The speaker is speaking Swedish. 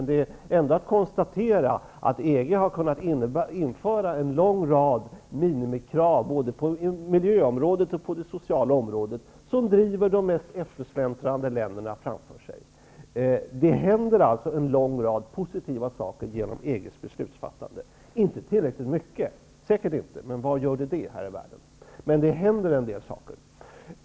Det är ändå att konstatera att EG har kunnat införa en lång rad minimikrav både på miljöområdet och på det sociala området som driver de mest eftersläntrande länderna framåt. Det händer en hel del positivt genom EG:s beslutsfattande, säkert inte tillräckligt mycket, men var gör det det här i världen?